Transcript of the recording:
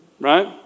Right